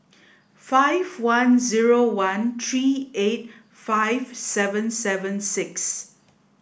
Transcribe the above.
five one zero one three eight five seven seven six